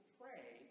pray